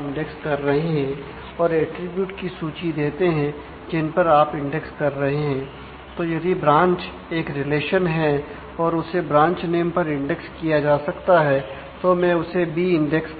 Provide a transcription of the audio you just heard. index